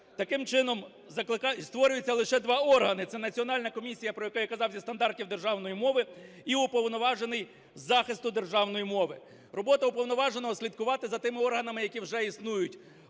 Таким чином створюється лише два органи – це Національна комісія, про яку я казав, зі стандартів державної мови, і Уповноважений з захисту державної мови. Робота Уповноваженого слідкувати за тими органами, які вже існують: